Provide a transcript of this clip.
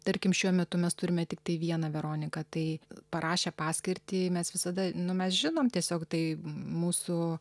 tarkim šiuo metu mes turime tiktai vieną veroniką tai parašę paskirtį mes visada nu mes žinom tiesiog tai mūsų